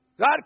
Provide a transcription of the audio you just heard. God